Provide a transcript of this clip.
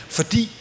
Fordi